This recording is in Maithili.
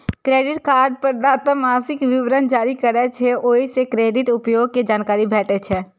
क्रेडिट कार्ड प्रदाता मासिक विवरण जारी करै छै, ओइ सं क्रेडिट उपयोग के जानकारी भेटै छै